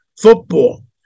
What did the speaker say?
football